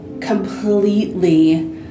completely